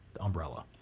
umbrella